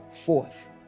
forth